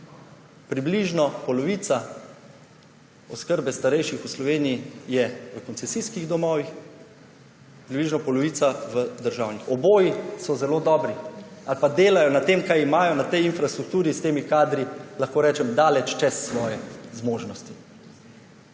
Približno polovica oskrbe starejših v Sloveniji je v koncesijskih domovih, približno polovica v državnih. Oboji so zelo dobri ali pa delajo na tem, kar imajo, na tej infrastrukturi, s temi kadri daleč čez svoje zmožnosti.